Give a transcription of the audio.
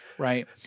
Right